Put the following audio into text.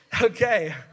okay